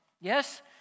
yes